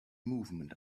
movement